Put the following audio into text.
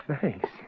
thanks